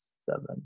seven